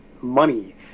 money